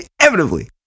inevitably